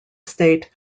state